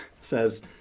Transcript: says